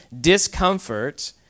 discomfort